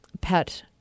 pet